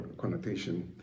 connotation